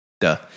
Duh